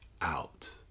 out